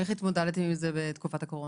איך התמודדתם עם זה בתקופת הקורונה?